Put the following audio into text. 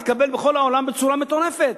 התקבל בכל העולם בצורה מטורפת.